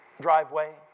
driveway